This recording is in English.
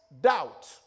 doubt